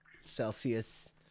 Celsius